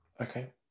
okay